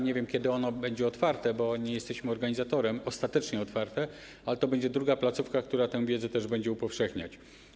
Nie wiem, kiedy ono będzie otwarte, bo nie jesteśmy organizatorem - ostatecznie otwarte - ale to będzie druga placówka, która tę wiedzę też będzie upowszechniać.